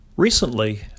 Recently